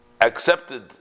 accepted